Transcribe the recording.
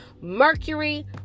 Mercury